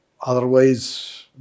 otherwise